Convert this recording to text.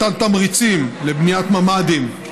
מתן תמריצים לבניית ממ"דים.